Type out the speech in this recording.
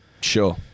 Sure